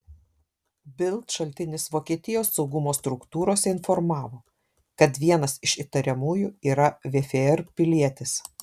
bild šaltinis vokietijos saugumo struktūrose informavo kad vienas iš įtariamųjų yra vfr pilietis